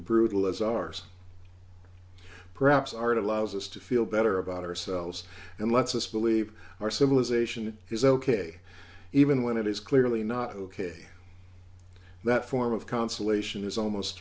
brutal as ours perhaps are it allows us to feel better about ourselves and lets us believe our civilization is ok even when it is clearly not ok that form of consolation is almost